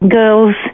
girls